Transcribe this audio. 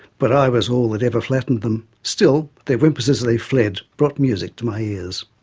but i was all that ever flattened them. still, their whimpers as they fled brought music to my ears.